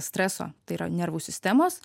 streso tai yra nervų sistemos